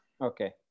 Okay